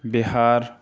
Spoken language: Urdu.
بِہار